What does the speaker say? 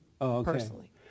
personally